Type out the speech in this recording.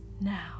now